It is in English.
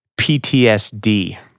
PTSD